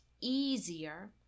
easier